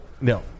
No